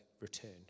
return